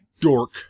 Dork